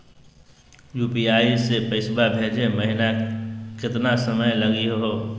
UPI स पैसवा भेजै महिना केतना समय लगही हो?